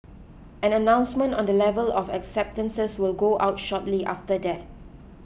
an announcement on the level of acceptances will go out shortly after that